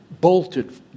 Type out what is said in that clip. bolted